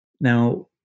Now